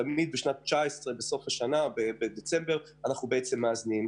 תמיד בדצמבר אנחנו מאזנים.